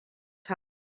time